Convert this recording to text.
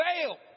fail